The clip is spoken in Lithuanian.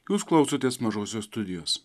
jūs klausotės mažosios studijos